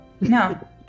No